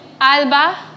Alba